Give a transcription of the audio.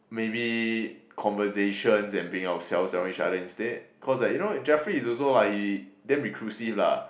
maybe conversations and being ourselves around each other instead cause like you know Jeffrey is also lah he damn reclusive